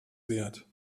wert